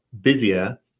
busier